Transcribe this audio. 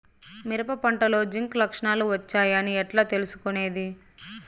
మిరప పంటలో జింక్ లక్షణాలు వచ్చాయి అని ఎట్లా తెలుసుకొనేది?